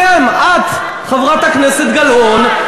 אתם, את, חברת הכנסת גלאון,